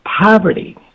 Poverty